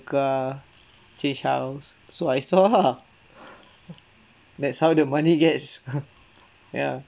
car change house so I saw lah that's how the money gets ya